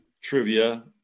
trivia